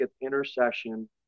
intercession